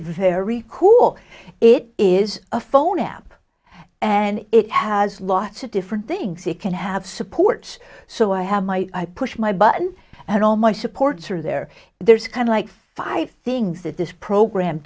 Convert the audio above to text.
very cool it is a phone app and it has lots of different things it can have support so i have my push my button and all my supports are there there's kind like five things that this program